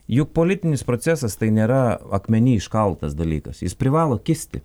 juk politinis procesas tai nėra akmeny iškaltas dalykas jis privalo kisti